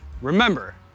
Remember